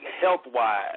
health-wise